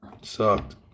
Sucked